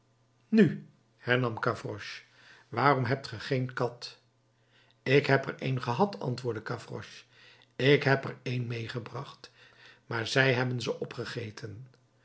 nu hernam gavroche waarom hebt ge geen kat ik heb er een gehad antwoordde gavroche ik heb er een meêgebracht maar zij hebben ze opgegeten